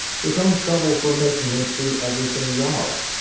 his own troubles were making him see everything yellow.